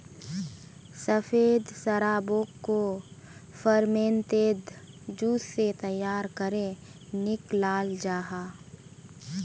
सफ़ेद शराबोक को फेर्मेंतेद जूस से तैयार करेह निक्लाल जाहा